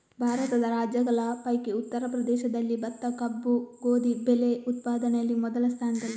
ಭಾರತದ ರಾಜ್ಯಗಳ ಪೈಕಿ ಉತ್ತರ ಪ್ರದೇಶದಲ್ಲಿ ಭತ್ತ, ಕಬ್ಬು, ಗೋಧಿ ಬೆಳೆ ಉತ್ಪಾದನೆಯಲ್ಲಿ ಮೊದಲ ಸ್ಥಾನದಲ್ಲಿದೆ